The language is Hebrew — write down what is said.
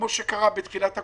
כפי שקרה בתחילת הקורונה.